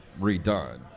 redone